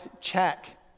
check